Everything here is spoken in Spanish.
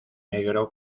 negro